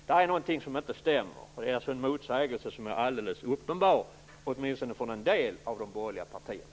Det är någonting som inte stämmer. Det är alltså en motsägelse som är alldeles uppenbar, åtminstone från en del av de borgerliga partierna.